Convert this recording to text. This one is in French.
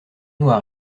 noir